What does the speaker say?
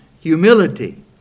humility